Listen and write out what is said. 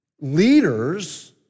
leaders